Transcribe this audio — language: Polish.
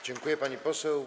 Dziękuję, pani poseł.